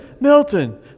Milton